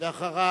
אחריו,